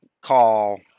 Call